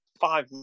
Five